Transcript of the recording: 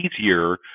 easier